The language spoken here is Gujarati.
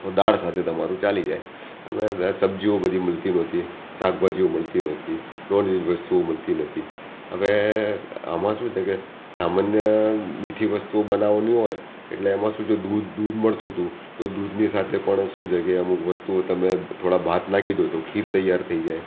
તો દાળ સાથે તમારું ચાલી જાય અને સબ્જીઓ બધી મળતી નહોતી શાકભાજીઓ મળતી નહોતી નોનવેજ વસ્તુઓ મળતી નહોતી હવે આમાં શું છે કે સામાન્ય મીઠી વસ્તુઓ બનાવવાની હોય તો એમાં શું છે દૂધ દૂધ મળતું હતું તો દૂધની સાથે પણ શું છે કે અમુક વસ્તુઓ તમે થોડા ભાત નાખી દો તો ખીર તૈયાર થઇ જાય